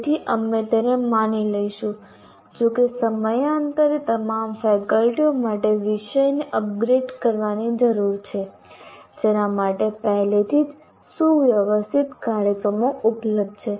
તેથી અમે તેને માની લઈશું જોકે સમયાંતરે તમામ ફેકલ્ટીઓ માટે વિષયને અપગ્રેડ કરવાની જરૂર છે જેના માટે પહેલેથી જ સુવ્યવસ્થિત કાર્યક્રમો ઉપલબ્ધ છે